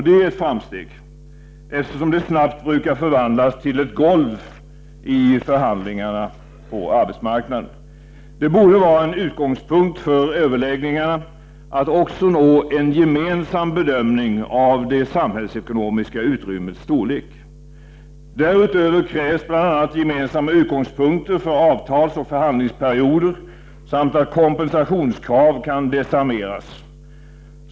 Det är ett framsteg, eftersom det snabbt brukar förvandlas till ett golv i förhandlingarna på arbetsmarknaden. Det borde vara en utgångspunkt för överläggningarna att också nå en gemensam bedömning av ”det samhällsekonomiska utrymmets” storlek. Därutöver krävs bl.a. gemensamma utgångspunkter för avtalsoch förhandlingsperioder samt att kompensationskrav kan desarmeras.